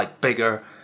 bigger